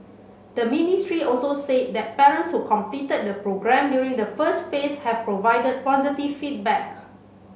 the ministry also said that parents who completed the programme during the first phase have provided positive feedback